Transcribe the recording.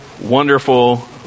wonderful